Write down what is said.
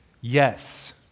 Yes